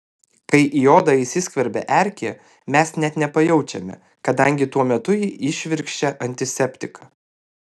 kai į odą įsiskverbia erkė mes net nepajaučiame kadangi tuo metu ji įšvirkščia antiseptiką